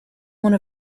one